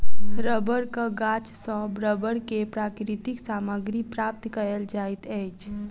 रबड़क गाछ सॅ रबड़ के प्राकृतिक सामग्री प्राप्त कयल जाइत अछि